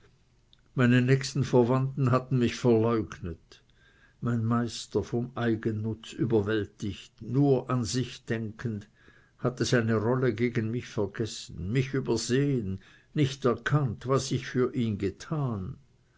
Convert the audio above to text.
meine nächsten verwandten hatten mich verleugnet mein meister vom eigennutz überwältigt nur an sich denkend hatte seine rolle gegen mich zu spielen vergessen mich übersehen nicht erkannt was ich für ihn getan